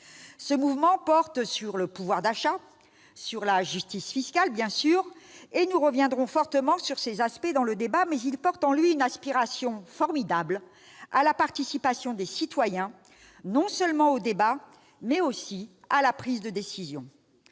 Ce mouvement porte sur le pouvoir d'achat, sur la justice fiscale, bien sûr, et nous reviendrons fortement sur ces aspects dans le débat, mais il porte en lui une aspiration formidable à la participation des citoyens non seulement au débat, mais aussi à la prise de décisions.